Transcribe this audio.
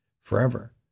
forever